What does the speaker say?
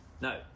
No